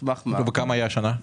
כמה היה השנה?